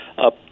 up